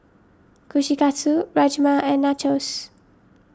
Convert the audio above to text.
Kushikatsu Rajma and Nachos